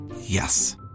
Yes